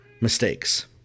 mistakes